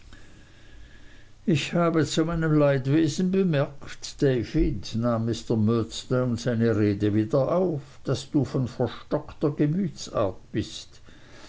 ich habe zu meinem leidwesen bemerkt david nahm mr murdstone seine rede wieder auf daß du von verstockter gemütsart bist